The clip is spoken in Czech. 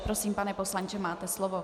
Prosím, pane poslanče, máte slovo.